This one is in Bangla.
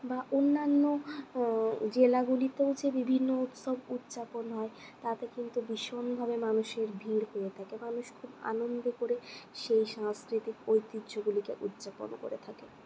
বা অন্যান্য জেলাগুলিতেও বিভিন্ন সব উদযাপন হয় তাতে কিন্তু ভীষণভাবে মানুষের ভিড় হয়ে থাকে মানুষ খুব আনন্দ করে সেই সাংস্কৃতিক ঐতিহ্যগুলিকে উদযাপন করে থাকে